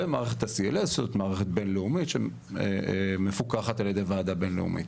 ומערכת ה-CLS שהיא מערכת בינלאומית שמפוקחת על ידי ועדה בינלאומית.